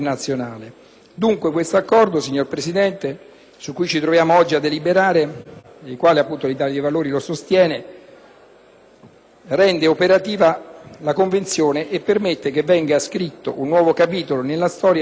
rende operativa la Convenzione e permette che venga scritto un nuovo capitolo nella storia del disarmo grazie alla piena collaborazione amministrativa. Questo risultato è reso possibile dai rapporti di leale collaborazione